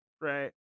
Right